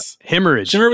Hemorrhage